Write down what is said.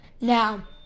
Now